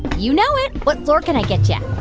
you know it. what floor can i get you?